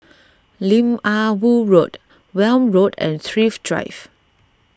Lim Ah Woo Road Welm Road and Thrift Drive